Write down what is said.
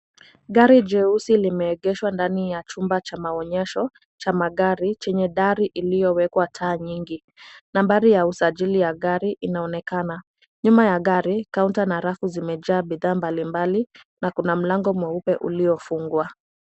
Gari jeusi limeegeshwa ndani ya chumba cha maonyesho cha magari chenye dari iliyowekwa taa nyingi. Nambari ya usajili ya gari inaonekana. Nyuma ya gari, counter na rafu zimejaa bidhaa mbalimbali na kuna mlango mweupe uliofungwa.